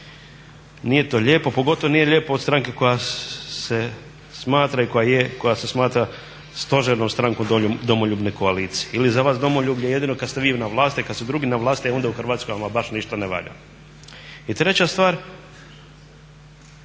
Nije to lijepo, pogotovo nije lijepo od stranke koja se smatra i koja je, koja se smatra stožernom strankom domoljubne koalicije. Je li za vas domoljublje jedino kada ste vi na vlasti, a kada su drugi na vlasti e onda u Hrvatskoj ama baš ništa ne valja. I treća stvar,